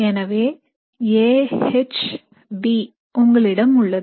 எனவே A H B உங்களிடம் உள்ளது